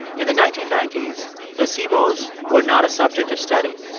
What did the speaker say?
in the nineteen ninety s, placebos were not a subject of study.